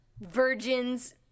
virgins